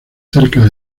cerca